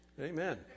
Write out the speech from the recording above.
Amen